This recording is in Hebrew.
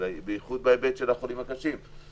בייחוד בהיבט של החולים הקשים.